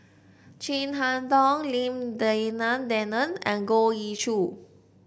Chin Harn Tong Lim Denan Denon and Goh Ee Choo